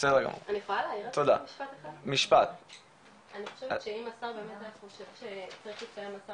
אני חושבת שאם השר באמת חושב שצריך לקיים משא